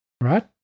Right